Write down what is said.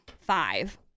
five